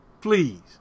Please